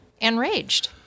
enraged